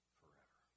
forever